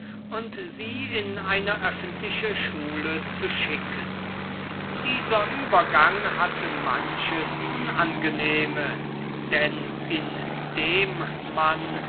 und sie in eine öffentliche schule zu schicken dieser übergang hatte manches unangenehme denn indem man